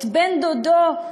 את בן-דודו,